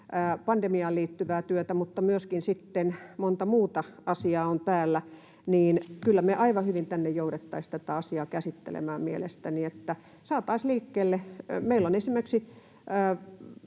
pandemiaan liittyvää työtä ja myöskin monta muuta asiaa on päällä — niin kyllä me aivan hyvin tänne joudettaisiin tätä asiaa käsittelemään mielestäni, niin että saataisiin liikkeelle. Meillä esimerkiksi